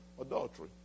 adultery